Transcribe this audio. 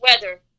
weather